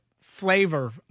flavor